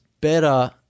better